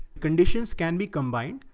conditions can be combined.